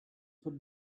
put